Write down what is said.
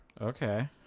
okay